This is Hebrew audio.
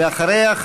ואחריה,